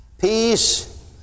peace